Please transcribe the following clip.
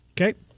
Okay